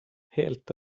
helt